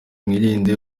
mwirinde